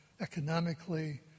economically